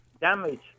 damage